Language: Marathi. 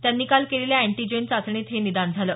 त्यांनी काल केलेल्या अँटीजन चाचणीत हे निदान झालं